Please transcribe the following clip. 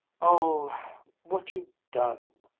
oh what you've done.